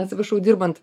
atsiprašau dirbant